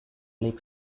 lake